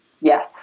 Yes